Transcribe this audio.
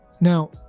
Now